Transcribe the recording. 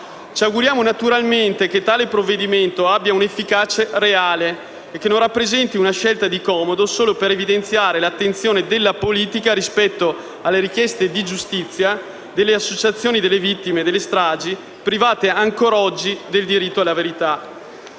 Ci auguriamo naturalmente che tale provvedimento abbia un'efficacia reale e che non rappresenti una scelta di comodo, solo per evidenziare l'attenzione della politica rispetto alle richieste di giustizia delle associazioni delle vittime delle stragi, private ancora oggi del diritto alla verità.